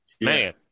man